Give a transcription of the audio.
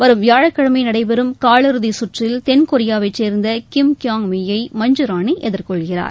வரும் வியாழக்கிழமை நடைபெறும் காலிறுதி கற்றில் தென் கொரியாவைச் சேர்ந்த கிம் கியாங் மி யை மஞ்சு ராணி எதிர்கொள்கிறார்